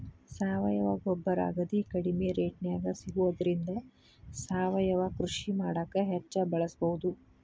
ಸಾವಯವ ಗೊಬ್ಬರ ಅಗದಿ ಕಡಿಮೆ ರೇಟ್ನ್ಯಾಗ ಸಿಗೋದ್ರಿಂದ ಸಾವಯವ ಕೃಷಿ ಮಾಡಾಕ ಹೆಚ್ಚ್ ಬಳಸಬಹುದು